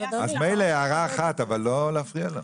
מילא הערה אחת, אבל לא להפריע לו.